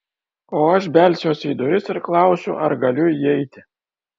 o aš belsiuosi į duris ir klausiu ar galiu įeiti